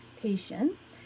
patience